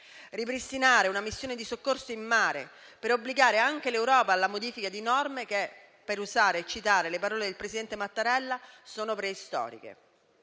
ripristinare una missione di soccorso in mare, per obbligare anche l'Europa alla modifica di norme che - per citare le parole del presidente Mattarella - sono preistoriche;